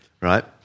right